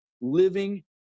living